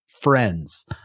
friends